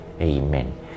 Amen